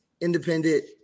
independent